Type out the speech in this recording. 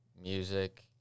Music